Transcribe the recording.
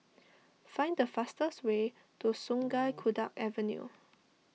find the fastest way to Sungei Kadut Avenue